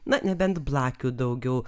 na nebent blakių daugiau